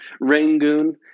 Rangoon